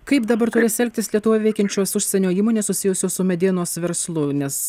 kaip dabar turės elgtis lietuvoje veikiančios užsienio įmonės susijusios su medienos verslu nes